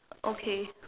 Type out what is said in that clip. okay